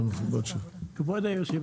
כבוד היושב